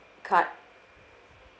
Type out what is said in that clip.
card